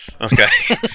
okay